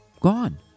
Gone